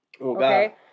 Okay